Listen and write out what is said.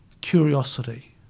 curiosity